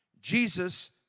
Jesus